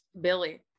Billy